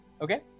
Okay